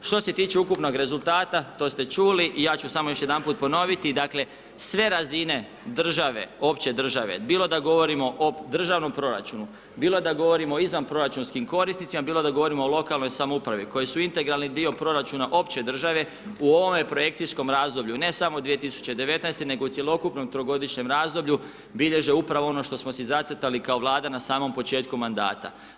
Što se tiče ukupnog rezultata, to ste čuli i ja ću još jedanput ponoviti, dakle, sve razine države opće države, bilo da govorimo o državnom proračunu, bilo da govorimo o izvanproračunskim korisnicima, bilo da govorimo o lokalnoj samoupravi, koji su integralni dio proračuna opće države, u ovome projekcijskom razdoblju ne samo 2019. nego cjelokupnomu trogodišnjem razdoblju, bilježe upravo ono što smo si zacrtali kao vlada na samom početku mandata.